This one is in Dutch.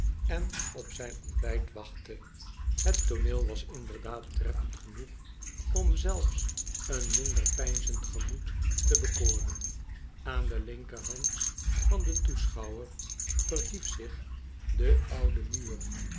en op zijn ontbijt wachtte het tooneel was inderdaad treffend genoeg om zelfs een minder peinzend gemoed te bekoren aan de linkerhand van den toeschouwer verhief zich de oude muur